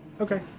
Okay